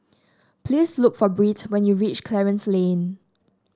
please look for Birt when you reach Clarence Lane